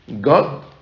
God